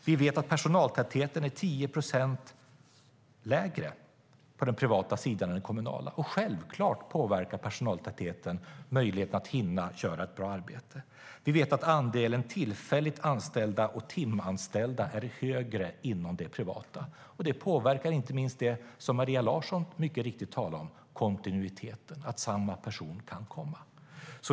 Vi vet att personaltätheten är 10 procent lägre på den privata sidan än på den kommunala, och självklart påverkar personaltätheten möjligheten att hinna göra ett bra arbete. Vi vet att andelen tillfälligt anställda och timanställda är högre inom det privata, och det påverkar inte minst det som Maria Larsson mycket riktigt talar om, nämligen kontinuiteten, att samma person kan komma.